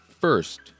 first